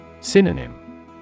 Synonym